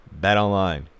BetOnline